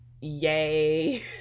Yay